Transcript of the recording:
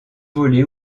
volé